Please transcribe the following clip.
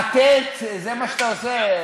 ללהטט זה מה שאתה עושה,